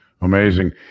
Amazing